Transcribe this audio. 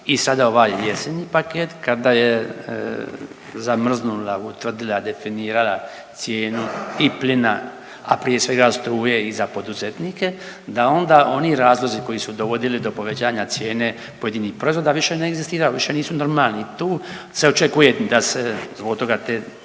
i sada ovaj jesenji paket, kada je zamrznula, utvrdila, definirala cijenu i plina, a prije svega struje i za poduzetnika da onda oni razlozi koji su dovodili do povećanja cijene pojedinih proizvoda više ne egzistiraju, više nisu normalni i tu se očekuje da se zbog toga zaustavi